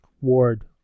Ward